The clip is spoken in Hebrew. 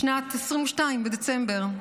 בשנת 2022, בדצמבר,